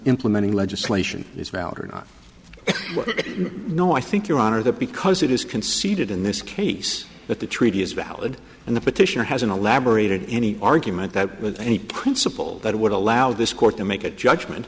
implementing legislation is valid or not no i think your honor that because it is conceded in this case that the treaty is valid and the petitioner has an elaborated any argument that with any principle that would allow this court to make a judgment